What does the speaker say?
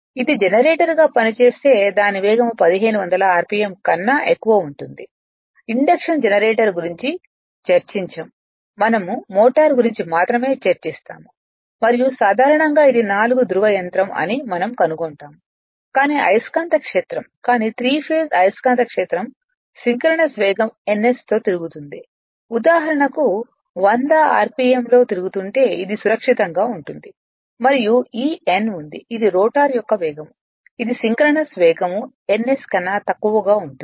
ఇది జనరేటర్ గా పనిచేస్తే దాని వేగం 1500 RPM కన్నా ఎక్కువ ఉంటుంది ఇండక్షన్ జనరేటర్ గురించి చర్చించము మనం మోటారు గురించి మాత్రమే చర్చిస్తాము మరియు సాధారణంగా ఇది 4 ధ్రువ యంత్రం అని మనం కనుగొంటాము కానీ అయస్కాంత క్షేత్రం కానీ త్రి ఫేస్ అయస్కాంత క్షేత్రం సింక్రోనస్ వేగం ns తో తిరుగుతుంది ఉదాహరణకు 100 RPM తో తిరుగుతుంటే అది సురక్షితంగా ఉంటుంది మరియు ఈ n ఉంది ఇది రోటర్ యొక్క వేగం ఇది సింక్రోనస్ వేగం ns కన్నా తక్కువగా ఉంటుంది